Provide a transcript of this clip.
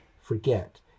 forget